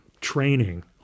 training